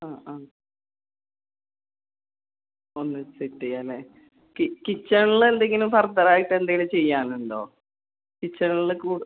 ആ ആ ഒന്ന് സെറ്റ് ചെയ്യാം അല്ലേ കി കിച്ചണിൽ എന്തെങ്കിലും ഫർദർ ആയിട്ട് എന്തെങ്കിലും ചെയ്യാനുണ്ടോ കിച്ചണിൽ കൂ